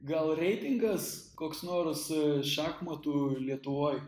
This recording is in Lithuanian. gal reitingas koks nors šachmatų lietuvoj